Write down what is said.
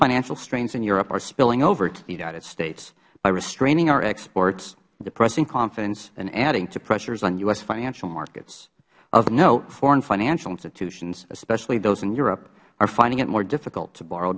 financial strains in europe are spilling over to the united states by restraining our exports depressing confidence and adding to pressures on u s financial markets of note foreign financial institutions especially those in europe are finding it more difficult to borrow